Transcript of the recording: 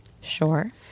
Sure